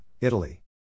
Italy